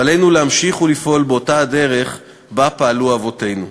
ועלינו להמשיך ולפעול באותה הדרך שפעלו בה אבותינו.